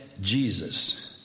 Jesus